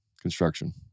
construction